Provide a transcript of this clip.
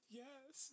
yes